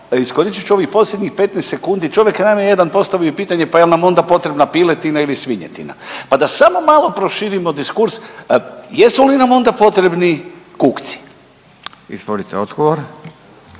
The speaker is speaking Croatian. iskoristit ću ovih posljednjih 15 sekundi čovjek je naime jedan postavio pitanje pa jel' nam onda potrebna piletina ili svinjetina, pa da samo malo proširimo diskurs jesu li nam onda potrebni kukci? **Radin, Furio